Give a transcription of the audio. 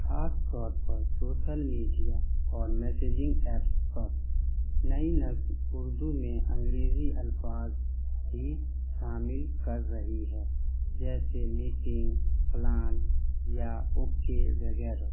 خاص طور پر سوسل میڈیا اور میسجنگ ایپس پر نئی نسل اردو میں انگریزی الفاظ بھی شامل کر رہی ہے جیسے میٹنگ پلان یا اوکے وغیرہ